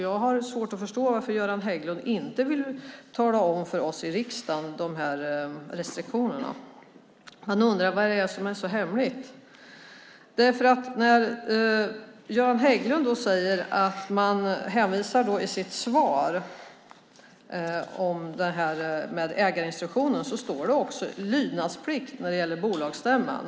Jag har svårt att förstå varför Göran Hägglund inte vill tala om för oss i riksdagen vilka de här restriktionerna är. Man undrar vad det är som är så hemligt. Göran Hägglund hänvisar i sitt svar om ägarinstruktionen till lydnadsplikten när det gäller bolagsstämman.